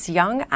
young